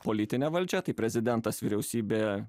politine valdžia tai prezidentas vyriausybė